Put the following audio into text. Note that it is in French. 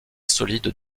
solide